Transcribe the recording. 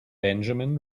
benjamin